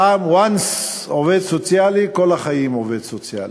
פעם, once עובד סוציאלי, כל החיים עובד סוציאלי.